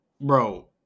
bro